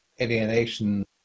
alienation